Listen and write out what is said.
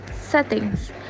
settings